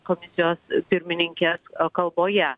komisijos pirmininkės kalboje